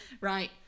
right